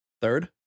Third